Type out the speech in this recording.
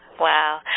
Wow